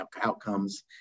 outcomes